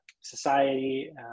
society